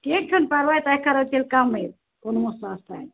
کیٚنٛہہ چھُنہٕ پَرواے تۄہہِ کَرو تیٚلہِ کَمٕے کُنہٕ ساس تام